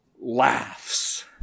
laughs